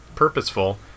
Purposeful